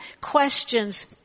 questions